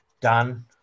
done